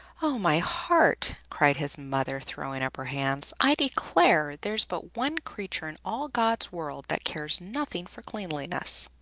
oh, my heart! cried his mother, throwing up her hands. i declare there's but one creature in all god's world that cares nothing for cleanliness!